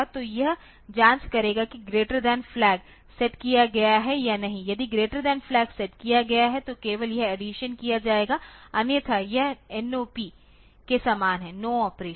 तो यह जाँच करेगा कि ग्रेटर थान फ्लैग सेट किया गया है या नहीं यदि ग्रेटर थान फ्लैग सेट किया गया है तो केवल यह अडीसन किया जाएगा अन्यथा यह NOP के समान है नो ऑपरेशन